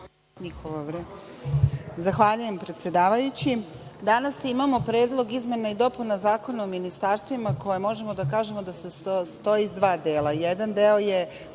Zahvaljujem, predsedavajući. Danas imamo predlog izmena i dopuna Zakona o ministarstvima za koji možemo da kažemo da se sastoji iz dva dela.